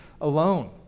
alone